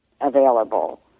available